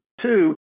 Two